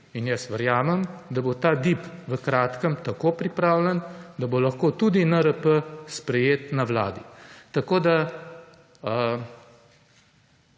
in jaz verjamem, da bo ta DIP v kratkem tako pripravljen, da bo lahko tudi NRP sprejet na Vladi. Tako, da